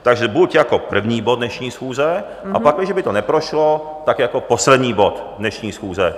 Takže buď jako první bod dnešní schůze, a pakliže by to neprošlo, tak jako poslední bod dnešní schůze.